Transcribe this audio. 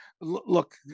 look